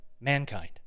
mankind